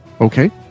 Okay